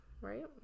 Right